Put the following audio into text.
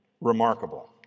remarkable